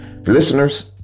Listeners